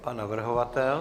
Pan navrhovatel?